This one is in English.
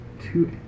two